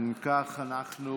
אם כך, אנחנו